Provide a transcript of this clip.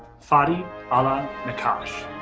fadee ala nakkash.